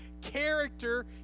character